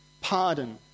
pardon